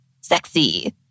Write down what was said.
sexy